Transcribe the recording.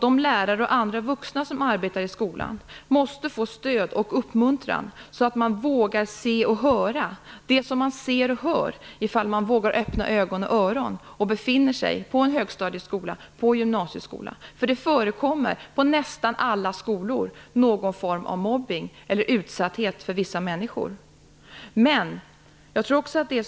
De lärare och andra vuxna som arbetar i skolan måste få stöd och uppmuntran, så att de vågar öppna ögonen och öronen för vad de ser och hör. Det förekommer nämligen någon form av mobbning, eller att vissa människor är utsatta, på nästan alla skolor.